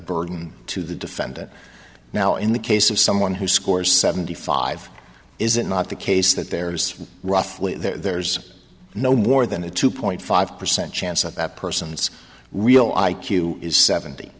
burden to the defendant now in the case of someone who scores seventy five is it not the case that there's roughly there's no more than a two point five percent chance of that person's real i q is seventy